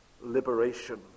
liberation